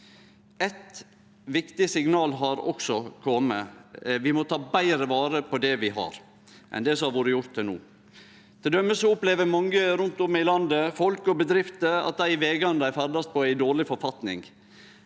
Eit viktig signal har kome. Vi må ta betre vare på det vi har, enn det som har vore gjort til no. Til dømes opplever mange rundt om i landet, folk og bedrifter, at dei vegane dei ferdast på, er i dårleg forfatning.